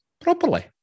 properly